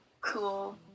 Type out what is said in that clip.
cool